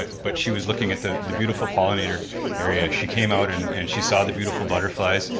but she was looking at the the beautiful pollinator area, she came out and and she saw the beautiful butterflies.